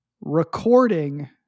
recording